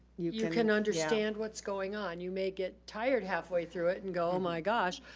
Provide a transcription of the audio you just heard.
you can understand what's going on. you may get tired halfway through it and go, oh, my gosh,